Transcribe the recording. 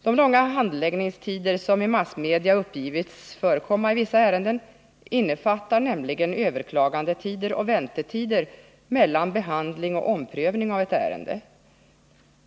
De långa handläggningstider som i massmedia uppgivits förekomma i vissa ärenden innefattar nämligen överklagandetider och väntetider mellan behandling och omprövning av ett ärende.